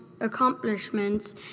accomplishments